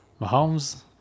Mahomes